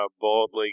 boldly